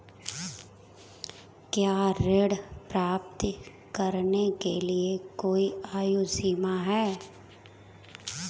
क्या ऋण प्राप्त करने के लिए कोई आयु सीमा है?